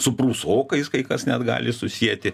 su prūsokais kai kas net gali susieti